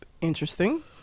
interesting